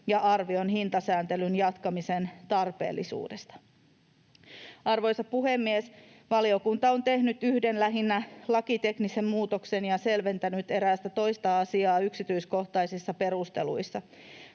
ja arvion hintasääntelyn jatkamisen tarpeellisuudesta.” Arvoisa puhemies! Valiokunta on tehnyt yhden lähinnä lakiteknisen muutoksen ja selventänyt erästä toista asiaa yksityiskohtaisissa perusteluissa.